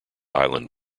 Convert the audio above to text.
island